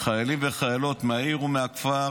חיילים וחיילות מהעיר ומהכפר,